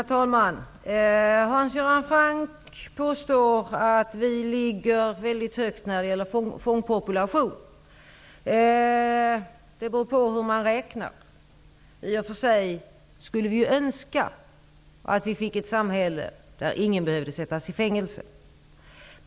Herr talman! Hans Göran Franck påstår att Sverige ligger högt när det gäller fångpopulation. Det beror på hur man räknar. Vi skulle ju önska att vi hade ett samhälle där ingen behövde sättas i fängelse.